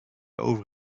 over